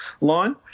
line